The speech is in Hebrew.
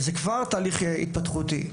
זהו כבר תהליך התפתחותי.